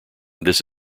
this